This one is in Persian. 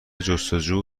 جستجو